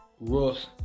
Russ